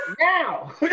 now